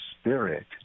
spirit